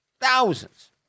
thousands